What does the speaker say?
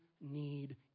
need